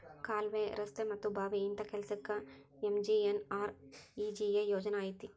ಕಾಲ್ವೆ, ರಸ್ತೆ ಮತ್ತ ಬಾವಿ ಇಂತ ಕೆಲ್ಸಕ್ಕ ಎಂ.ಜಿ.ಎನ್.ಆರ್.ಇ.ಜಿ.ಎ ಯೋಜನಾ ಐತಿ